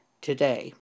today